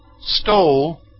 stole